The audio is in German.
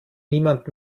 niemand